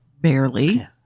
Barely